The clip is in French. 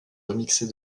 remixée